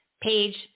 page